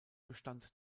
bestand